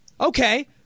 Okay